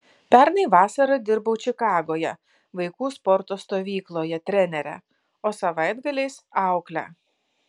pernai vasarą dirbau čikagoje vaikų sporto stovykloje trenere o savaitgaliais aukle